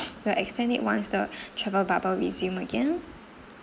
we'll extend it once the travel bubble resume again